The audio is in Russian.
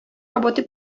работы